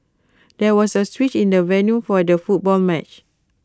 there was A switch in the venue for the football match